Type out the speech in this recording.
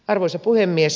arvoisa puhemies